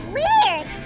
weird